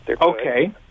Okay